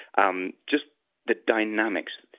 um just the dynamics,